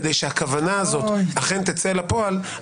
כדי שהכוונה הזאת אכן תצא אל הפועל,